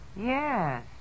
Yes